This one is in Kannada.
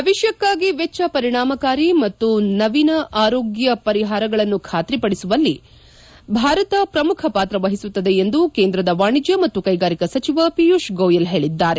ಭವಿಷ್ಣಕ್ನಾಗಿ ವೆಚ್ಲ ಪರಿಣಾಮಕಾರಿ ಮತ್ತು ನವೀನ ಆರೋಗ್ಲ ಪರಿಹಾರಗಳನ್ನು ಬಾತ್ರಿಪಡಿಸುವಲ್ಲಿ ಭಾರತ ಶ್ರಮುಖ ಪಾತ್ರ ವಹಿಸುತ್ತದೆ ಎಂದು ಕೇಂದ್ರದ ವಾಣಿಜ್ಯ ಮತ್ತು ಕೈಗಾರಿಕಾ ಸಚಿವ ಪಿಯೂಷ್ ಗೋಯಲ್ ಹೇಳದ್ದಾರೆ